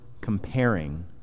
comparing